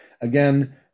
Again